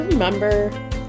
Remember